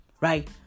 Right